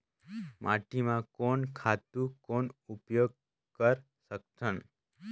माटी म कोन खातु कौन उपयोग कर सकथन?